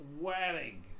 wedding